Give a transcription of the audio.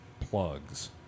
plugs